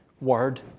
word